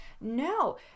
No